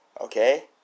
Okay